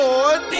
Lord